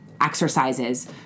exercises